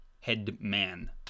Head-man